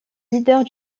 leaders